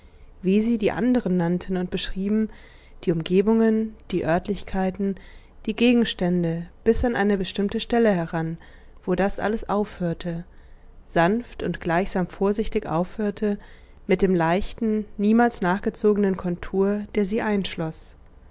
wie sie die anderen nannten und beschrieben die umgebungen die örtlichkeiten die gegenstände bis an eine bestimmte stelle heran wo das alles aufhörte sanft und gleichsam vorsichtig aufhörte mit dem leichten niemals nachgezogenen kontur der sie